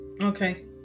Okay